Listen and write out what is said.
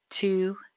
two